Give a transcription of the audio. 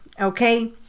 okay